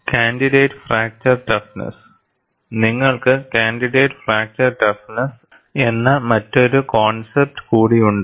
candidate fracture toughness നിങ്ങൾക്ക് candidate fracture toughness എന്ന മറ്റൊരു കോൺസെപ്പ്റ്റ് കൂടിയുണ്ട്